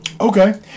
Okay